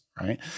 right